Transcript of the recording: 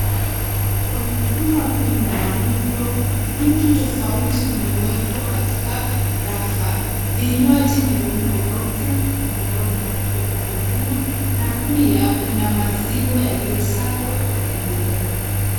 Kwenye duka kuu la mauzo vitu tofauti vime wekwa katika rafa, vinywaji vya aina yote vime wekwa katika upande huo na pia kuna maziwa yalio sagwa yamewekwa.